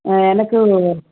ஆ எனக்கு